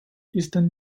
eastern